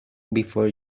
before